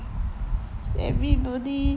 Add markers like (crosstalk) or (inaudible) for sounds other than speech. (breath) cause everybody